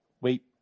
wait